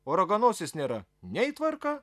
o raganosis nėra nei tvarka